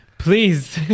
Please